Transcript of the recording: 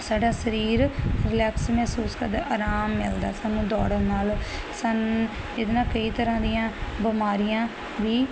ਸਾਡਾ ਸਰੀਰ ਰਿਲੈਕਸ ਮਹਿਸੂਸ ਕਰਦੇ ਆਰਾਮ ਮਿਲਦਾ ਸਾਨੂੰ ਦੌੜਨ ਨਾਲ ਸਨ ਇਹਦੇ ਨਾਲ ਕਈ ਤਰ੍ਹਾਂ ਦੀਆਂ ਬਿਮਾਰੀਆਂ ਵੀ